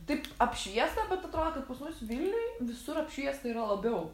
taip apšviesta bet atrodo kad pas mus vilniuj visur apšviesta yra labiau